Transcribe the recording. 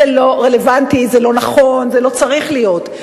זה לא רלוונטי, זה לא נכון, זה לא צריך להיות.